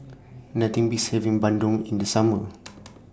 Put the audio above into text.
Nothing Beats having Bandung in The Summer